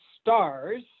stars